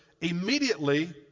immediately